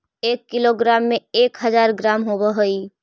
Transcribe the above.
एक किलोग्राम में एक हज़ार ग्राम होव हई